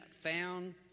found